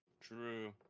True